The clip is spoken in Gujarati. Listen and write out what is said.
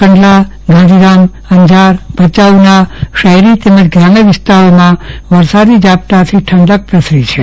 કંડલા ગાંધીધામ અંજાર ભયાઉ ના શહેરી તેમજ ગ્રામીણ વિસ્તારમાં વરસાદી ઝાપટાથી ઠંડક પ્રસરી છે